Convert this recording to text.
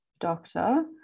doctor